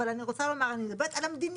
אבל אני מדברת על המדיניות.